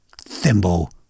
Thimble